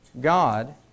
God